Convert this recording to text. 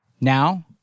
Now